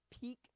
peak